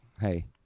Hey